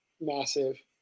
massive